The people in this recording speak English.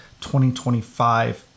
2025